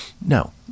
No